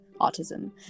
autism